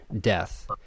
death